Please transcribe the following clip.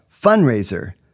fundraiser